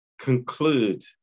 Conclude